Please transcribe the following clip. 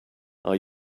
are